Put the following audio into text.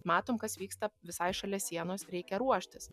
matom kas vyksta visai šalia sienos reikia ruoštis